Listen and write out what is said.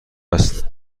هست